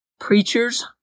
Preachers